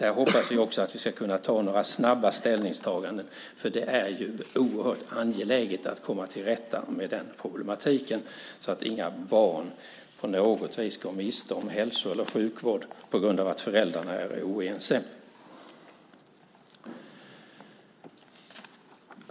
Vi hoppas att vi ska kunna göra några snabba ställningstaganden, för det är oerhört angeläget att komma till rätta med denna problematik så att inga barn på något vis går miste om hälso eller sjukvård på grund av att föräldrarna är oense.